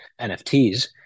NFTs